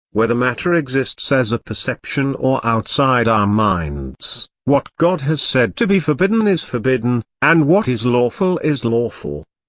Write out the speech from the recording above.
whether matter exists as a perception or outside our minds, what god has said to be forbidden is forbidden, and what is lawful is lawful.